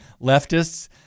leftists